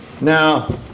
Now